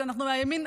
כשאנחנו מהימין,